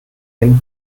dem